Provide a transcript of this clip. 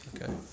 Okay